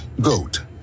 GOAT